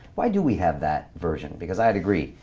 why do we have that version? because i'd agree,